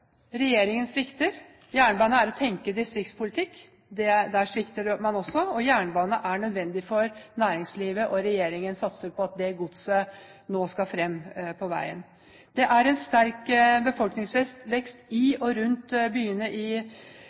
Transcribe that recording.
Regjeringen svikter. Jernbane er å tenke distriktspolitikk. Der svikter man også. Jernbane er nødvendig for næringslivet, og regjeringen satser på at det godset nå skal fram på veien. Det er en sterk befolkningsvekst i og rundt byene i